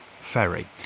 ferry